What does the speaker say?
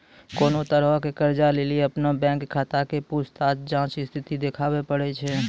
कोनो तरहो के कर्जा लेली अपनो बैंक खाता के पूछताछ जांच स्थिति देखाबै पड़ै छै